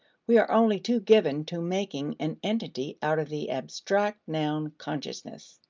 we are only too given to making an entity out of the abstract noun consciousness.